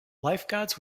lifeguards